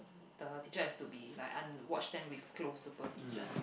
the teacher has to be like un~ watch them with close supervision